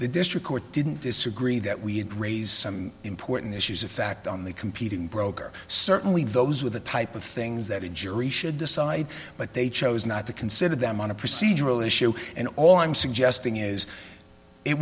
the district court didn't disagree that we didn't raise some important issues of fact on the competing broker certainly those with the type of things that a jury should decide but they chose not to consider them on a procedural issue and all i'm suggesting is it